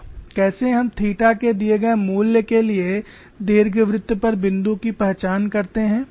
कैसे हम थीटा के दिए गए मूल्य के लिए दीर्घवृत्त पर बिंदु की पहचान करते हैं